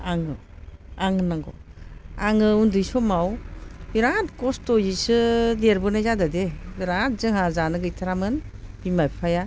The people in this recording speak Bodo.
आङो होननांगौ आङो उन्दै समाव बिराद खस्थ'यैसो देरबोनाय जादों दे बिराद जोंहा जानो गैथारामोन बिमा बिफाया